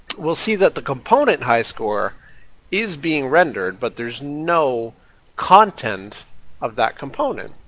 we'll see that the component high score is being rendered but there's no content of that component,